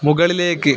മുകളിലേക്ക്